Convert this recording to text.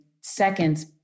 seconds